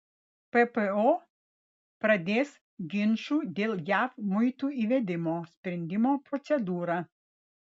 ppo pradės ginčų dėl jav muitų įvedimo sprendimo procedūrą